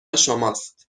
شماست